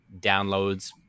downloads